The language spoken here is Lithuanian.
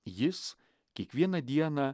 jis kiekvieną dieną